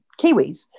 Kiwis